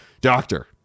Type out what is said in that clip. doctor